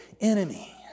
enemy